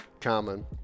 common